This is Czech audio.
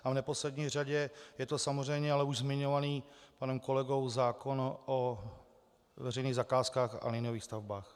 A v neposlední řadě je to samozřejmě ale už zmiňovaný panem kolegou zákon o veřejných zakázkách a liniových stavbách.